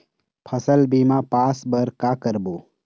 फसल बीमा पास बर का करबो?